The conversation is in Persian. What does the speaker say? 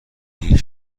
این